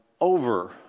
over